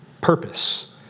purpose